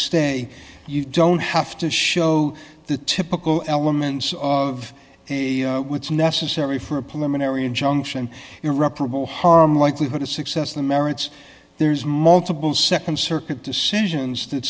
stay you don't have to show the typical elements of a what's necessary for a policeman every injunction irreparable harm likelihood of success the merits there's multiple nd circuit decisions that